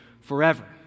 forever